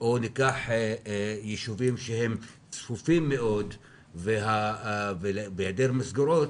או ישובים שהם מאוד צפופים ובהיעדר מסגרות